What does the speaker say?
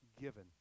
given